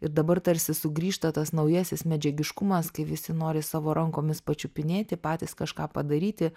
ir dabar tarsi sugrįžta tas naujasis medžiagiškumas kai visi nori savo rankomis pačiupinėti patys kažką padaryti